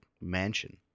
mansion